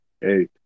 Hey